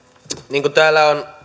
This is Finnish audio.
niin kuin täällä on